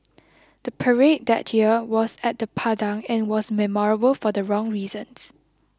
the parade that year was at the Padang and was memorable for the wrong reasons